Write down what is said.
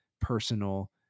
personal